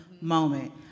moment